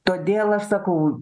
todėl aš sakau